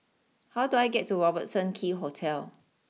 how do I get to Robertson Quay Hotel